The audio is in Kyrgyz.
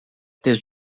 тез